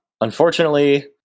Unfortunately